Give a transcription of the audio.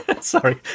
Sorry